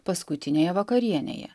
paskutinėje vakarienėje